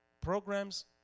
programs